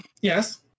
Yes